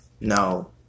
No